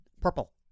Purple